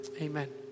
Amen